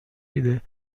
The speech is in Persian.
میده